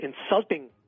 insulting